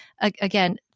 again